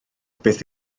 beth